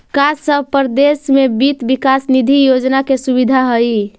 का सब परदेश में वित्त विकास निधि योजना के सुबिधा हई?